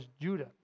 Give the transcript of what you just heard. Judah